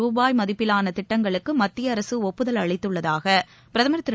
ரூபாய் மதிப்பிலானதிட்டங்களுக்குமத்தியஅரசுஒப்புதல் அளித்துள்ளதாகபிரதமர் திரு